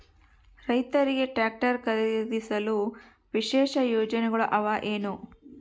ರೈತರಿಗೆ ಟ್ರಾಕ್ಟರ್ ಖರೇದಿಸಲು ವಿಶೇಷ ಯೋಜನೆಗಳು ಅವ ಏನು?